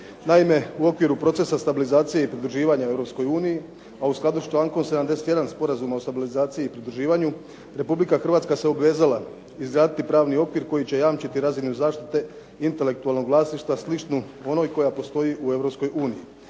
Naime, u okviru procesa stabilizacije i pridruživanja Europskoj uniji, a u skladu s člankom 71. Sporazuma o stabilizaciji i pridruživanju, Republika Hrvatska se obvezala izraditi pravni okvir koji će jamčiti razinu zaštite intelektualnog vlasništva, sličnu onoj koja postoji u